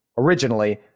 Originally